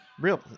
Real